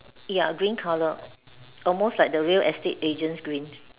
ya green colour almost like the real estate agent green